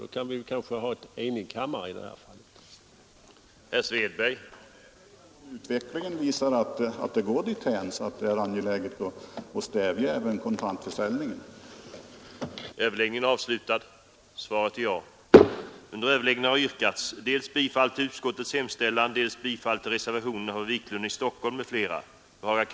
Då kan vi kanske få en enig kammare i detta fall.